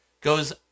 goes